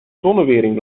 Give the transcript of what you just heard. zonnewering